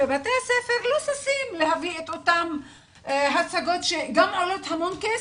בבתי הספר לא ששים להביא גם את אותן הצגות שגם עולות המון כסף.